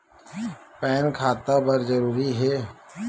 Pan खाता बर जरूरी हे?